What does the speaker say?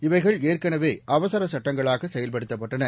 இவைகள் ஏற்கனவே அவசரசட்டங்களாகசெயல்படுத்தப்பட்டன